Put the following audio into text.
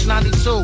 92